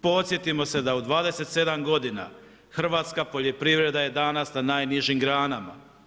Podsjetimo se da u 27 godina hrvatska poljoprivreda je danas na najnižim granama.